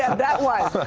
that one.